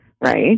right